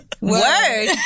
word